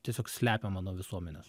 tiesiog slepiama nuo visuomenės